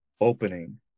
opening